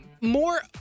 More